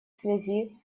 связи